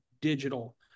digital